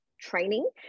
training